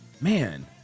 Man